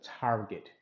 target